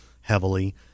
heavily